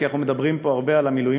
כי אנחנו מדברים פה הרבה על המילואימניקים